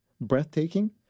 breathtaking